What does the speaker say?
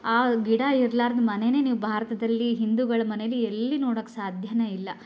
ಆ ಗಿಡ ಇರ್ಲಾರ್ದ ಮನೆಯೇ ನೀವು ಭಾರತದಲ್ಲಿ ಹಿಂದೂಗಳ ಮನೇಲಿ ಎಲ್ಲಿ ನೋಡೋಕೆ ಸಾಧ್ಯವೇ ಇಲ್ಲ